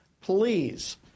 Please